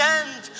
end